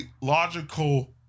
logical